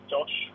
Josh